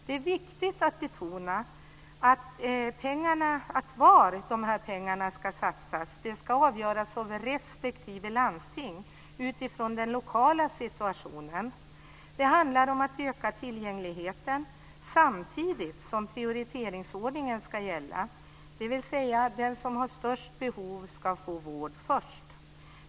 Det är viktigt att betona att var pengarna ska satsas ska avgöras av respektive landsting utifrån den lokala situationen. Det handlar om att öka tillgängligheten samtidigt som prioriteringsordningen ska gälla, dvs. den som har störst behov ska få vård först.